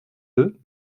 leu